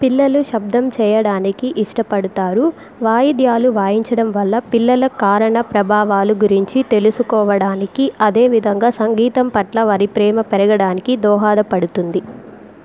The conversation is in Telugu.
పిల్లలు శబ్దం చేయడానికి ఇష్టపడతారు వాయిద్యాలు వాయించడం వల్ల పిల్లలు కారణ ప్రభావాల గురించి తెలుసుకోవడానికి అదేవిధంగా సంగీతం పట్ల వారి ప్రేమ పెరగడానికి దోహదపడుతుంది